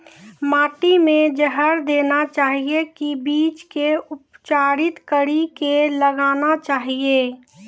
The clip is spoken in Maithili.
माटी मे जहर देना चाहिए की बीज के उपचारित कड़ी के लगाना चाहिए?